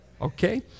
Okay